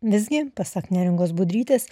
visgi pasak neringos budrytės